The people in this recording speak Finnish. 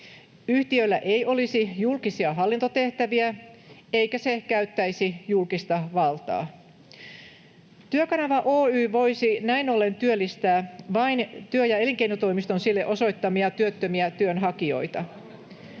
Yhtiöllä ei olisi julkisia hallintotehtäviä, eikä se käyttäisi julkista valtaa. Työkanava Oy voisi näin ollen työllistää vain työ‑ ja elinkeinotoimiston sille osoittamia työttömiä työnhakijoita.